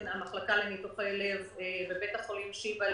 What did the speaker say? המחלקה לניתוחי לב בבית החולים שיבא,